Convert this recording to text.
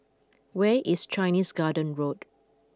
where is Chinese Garden Road